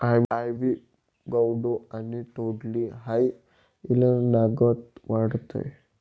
आइवी gourd आणि तोंडली हाई येलनागत वाढतस